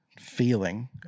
feeling